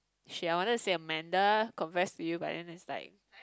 shit I wanna say Amanda confess to you but then is like